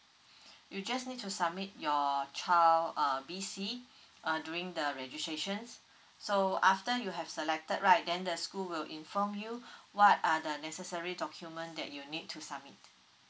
you just need to submit your child uh B_C uh during the registrations so after you have selected right then the school will inform you what are the necessary document that you need to submit